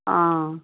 অঁ